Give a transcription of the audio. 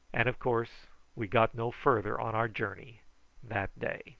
and of course we got no farther on our journey that day.